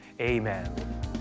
Amen